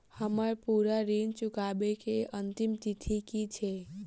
हम्मर पूरा ऋण चुकाबै केँ अंतिम तिथि की छै?